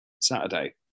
Saturday